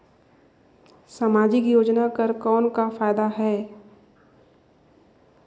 समाजिक योजना कर कौन का फायदा है?